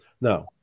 now